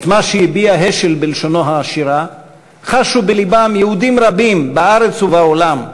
את מה שהביע השל בלשונו העשירה חשו בלבם יהודים רבים בארץ ובעולם.